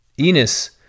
Enos